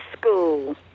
school